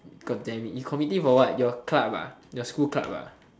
god damn it you committee for what your club ah your school club ah